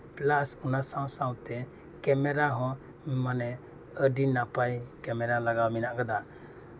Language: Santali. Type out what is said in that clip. ᱯᱞᱟᱥ ᱚᱱᱟ ᱥᱟᱶ ᱥᱟᱶᱛᱮ ᱠᱮᱢᱮᱨᱟ ᱦᱚᱸ ᱟᱹᱰᱤ ᱱᱟᱯᱟᱭ ᱠᱮᱢᱮᱨᱟ ᱞᱟᱜᱟᱣ ᱢᱮᱱᱟᱜ ᱟᱠᱟᱫᱟ